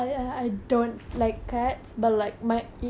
orh your தம்பி:thambi loves cats ah